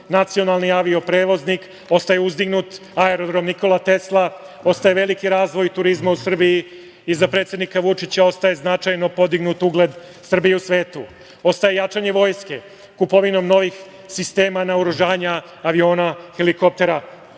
nacionalni avio-prevoznik, ostaje uzdignut aerodrom „Nikola Tesla“, ostaje veliki razvoj turizma u Srbiji. Iza predsednika Vučića ostaje značajno podignut ugled Srbije u svetu, ostaje jačanje vojske, kupovinom novih sistema naoružanja, aviona, helikoptera.